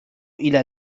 إلى